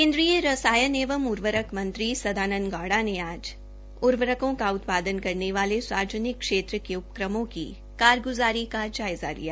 केन्द्रीय रसायन एवं उर्वरक मंत्री सदानंद गौड़ा ने आज उर्वरकों का उत्पादन करने वाले सार्वजनिक क्षेत्र के उपक्रमों की कारगुजारी का जायजा लिया